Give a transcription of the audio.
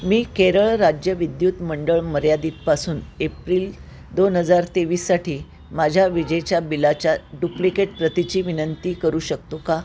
मी केरळ राज्य विद्युत मंडळ मर्यादितपासून एप्रिल दोन हजार तेवीससाठी माझ्या विजेच्या बिलाच्या डुप्लिकेट प्रतीची विनंती करू शकतो का